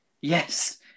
yes